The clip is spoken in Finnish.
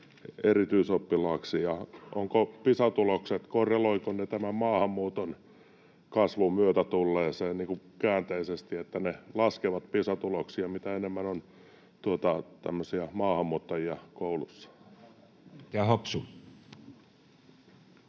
erityisoppilaiksi? Entä korreloivatko Pisa-tulokset tämän maahanmuuton kasvun myötä käänteisesti, että se laskee Pisa-tuloksia, mitä enemmän on maahanmuuttajia koulussa? [Speech